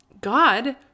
God